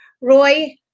Roy